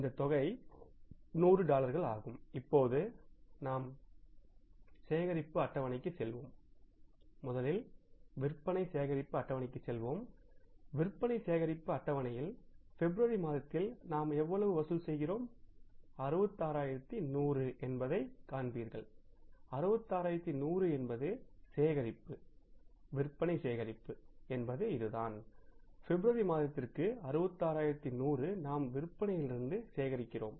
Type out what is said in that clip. இந்தத் தொகை 100 டாலர்கள் இப்போது நாம் சேகரிப்பு அட்டவணைக்குச் செல்வோம்முதலில் விற்பனை சேகரிப்பு அட்டவணைக்குச் செல்வோம் விற்பனை சேகரிப்பு அட்டவணையில் பிப்ரவரி மாதத்தில் நாம் எவ்வளவு வசூல் செய்கிறோம் 66100 என்பதைக் காண்பீர்கள் 66100 என்பது சேகரிப்பு விற்பனை சேகரிப்பு என்பது இதுதான் பிப்ரவரி மாதத்திற்கு 66100 நாம் விற்பனையிலிருந்து சேகரிக்கிறோம்